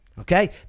Okay